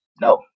No